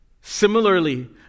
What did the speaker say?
Similarly